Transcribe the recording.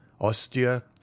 ostia